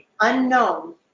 unknown